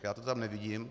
Já to tam nevidím.